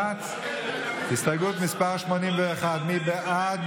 81. הסתייגות מס' 81, מי בעד?